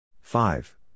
Five